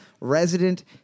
Resident